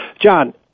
John